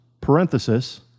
parenthesis